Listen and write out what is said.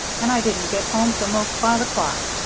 and i didn't get home till most five o'clock.